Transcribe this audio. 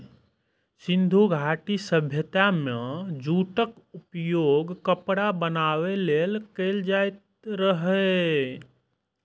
सिंधु घाटी सभ्यता मे जूटक उपयोग कपड़ा बनाबै लेल कैल जाइत रहै